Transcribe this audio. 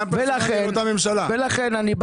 אגב, אני גם